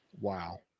Wow